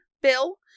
bill